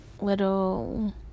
little